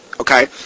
okay